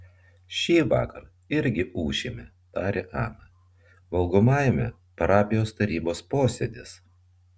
šįvakar irgi ūšime tarė ana valgomajame parapijos tarybos posėdis